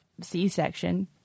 C-section